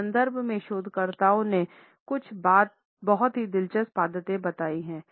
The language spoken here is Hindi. इस संदर्भ में शोधकर्ताओं ने कुछ बहुत ही दिलचस्प आदतें बताई हैं